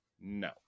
no